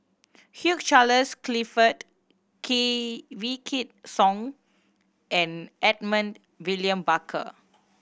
Hugh Charles Clifford Wykidd Song and Edmund William Barker